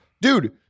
dude